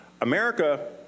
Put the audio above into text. America